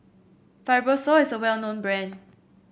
Fibrosol is a well known brand